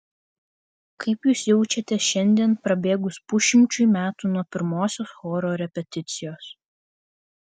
kaip jūs jaučiatės šiandien prabėgus pusšimčiui metų nuo pirmosios choro repeticijos